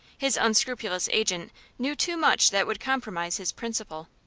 his unscrupulous agent knew too much that would compromise his principal.